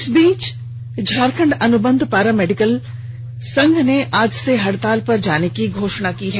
इस बीच झारखंड अनुबंध पारा मेडिकल संघ ने आज से हड़ताल पर जाने की घोषणा की है